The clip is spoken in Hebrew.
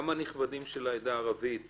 גם הנכבדים של העדה הערבית